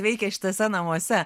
veikė šituose namuose